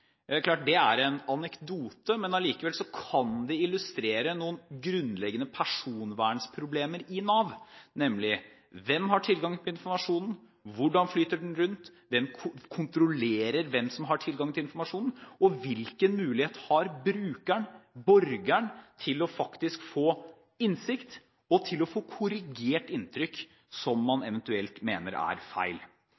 Det er klart at det er en anekdote, men allikevel kan det illustrere noen grunnleggende personvernproblemer i Nav, nemlig: Hvem har tilgang på informasjonen? Hvordan flyter den rundt? Hvem kontroller hvem som har tilgang til informasjonen? Og hvilken mulighet har brukeren – borgeren – til å få innsikt og få korrigert inntrykk som man